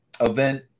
event